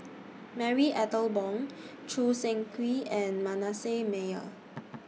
Marie Ethel Bong Choo Seng Quee and Manasseh Meyer